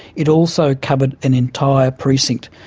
it also covered an entire precinct,